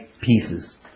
pieces